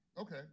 Okay